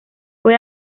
fue